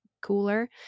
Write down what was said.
cooler